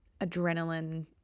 adrenaline